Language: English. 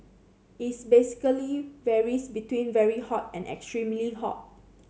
its basically varies between very hot and extremely hot